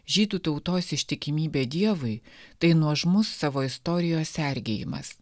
žydų tautos ištikimybė dievui tai nuožmus savo istorijos sergėjimas